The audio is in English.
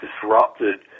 disrupted